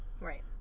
Right